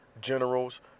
generals